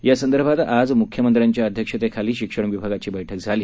यासंदर्भात आज मुख्यमंत्र्यांच्या अध्यक्षतेखाली शिक्षण विभागाची बक्रि झाली